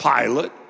Pilate